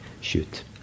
Shoot